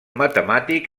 matemàtic